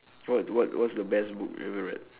what what's what's the best book that you ever read